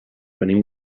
venim